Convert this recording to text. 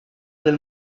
del